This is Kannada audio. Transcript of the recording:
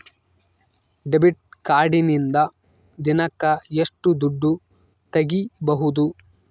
ಡೆಬಿಟ್ ಕಾರ್ಡಿನಿಂದ ದಿನಕ್ಕ ಎಷ್ಟು ದುಡ್ಡು ತಗಿಬಹುದು?